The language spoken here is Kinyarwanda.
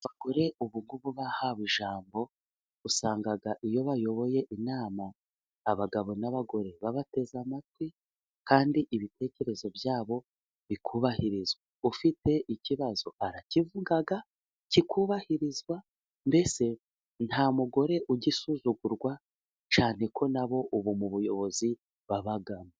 Abagore ubugu bahawe ijambo. Usanga iyo bayoboye inama abagabo n'abagore babateze amatwi, kandi ibitekerezo byabo bikubahirizwa. Ufite ikibazo arakivuga kikubahirizwa, mbese nta mugore ugisuzugurwa cyane ko nabo ubu mu buyobozi babamo.